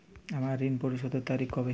আমার ঋণ পরিশোধের তারিখ কবে?